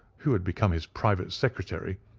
who had become his private secretary,